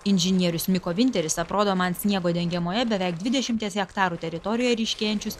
inžinierius miko vinteris aprodo man sniego dengiamoje beveik dvidešimties hektarų teritorijoje ryškėjančius